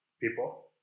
people